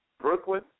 Brooklyn